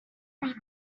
read